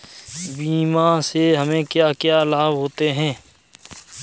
बीमा से हमे क्या क्या लाभ होते हैं?